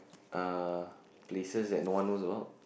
uh places that no one knows about